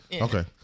okay